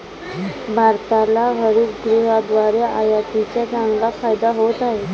भारताला हरितगृहाद्वारे आयातीचा चांगला फायदा होत आहे